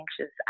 anxious